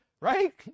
right